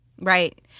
Right